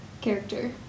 Character